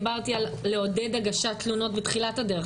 דיברתי על עידוד הגשת תלונות בתחילת הדרך,